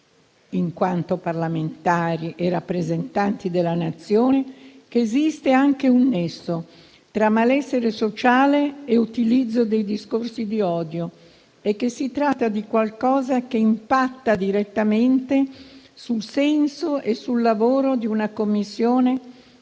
in quanto parlamentari e rappresentati della Nazione, che esiste anche un nesso tra malessere sociale e utilizzo dei discorsi di odio e che si tratta di qualcosa che impatta direttamente sul senso e sul lavoro di una Commissione